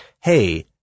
Hey